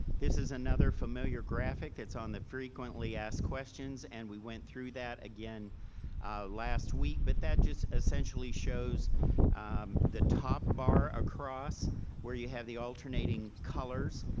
this is another familiar graphic that's on the frequently asked questions. and we went through that again last week, but that just essentially shows the top bar across where you have the alternating colors.